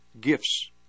gifts